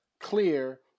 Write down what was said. clear